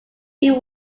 who